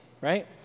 right